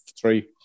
three